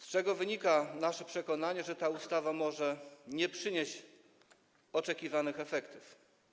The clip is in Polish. Z czego wynika nasze przekonanie, że ta ustawa może nie przynieść oczekiwanych efektów?